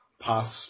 past